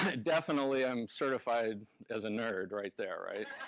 definitely, i'm certified as a nerd right there, right?